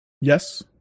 Yes